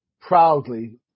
proudly